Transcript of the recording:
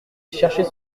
cherchait